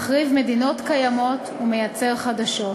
מחריב מדינות קיימות ומייצר חדשות.